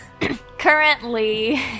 Currently